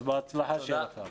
אז בהצלחה שיהיה לך.